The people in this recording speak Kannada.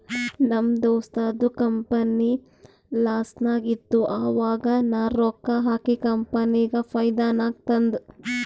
ನಮ್ ದೋಸ್ತದು ಕಂಪನಿ ಲಾಸ್ನಾಗ್ ಇತ್ತು ಆವಾಗ ನಾ ರೊಕ್ಕಾ ಹಾಕಿ ಕಂಪನಿಗ ಫೈದಾ ನಾಗ್ ತಂದ್